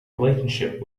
relationship